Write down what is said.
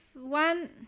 one